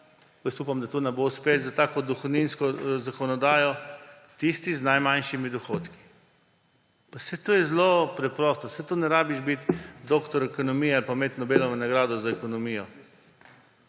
– upam, da to ne bo uspelo – za takšno dohodninsko zakonodajo? Tisti z najmanjšimi dohodki. Pa saj to je zelo preprosto. Saj ne rabiš biti doktor ekonomije pa imeti Nobelove nagrade za ekonomijo.